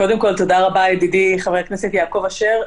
קודם כול, תודה רבה ידידי חבר הכנסת יעקב אשר.